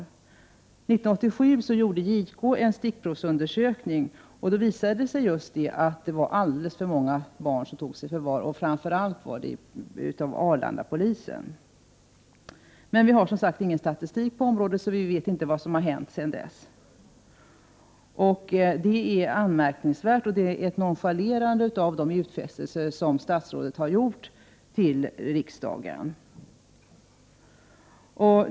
År 1987 gjorde JK en stickprovsundersökning, och då visade det sig just att alldeles för många barn togs i förvar, framför allt av Arlandapolisen. Men vi har som sagt ingen — Prot. 1988/89:125 statistik på området, så vi vet inte vad som har hänt sedan dess. Det är 31 maj 1989 anmärkningsvärt och innebär ett nonchalerande av de utfästelser som statsrådet har gjort till riksdagen.